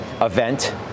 event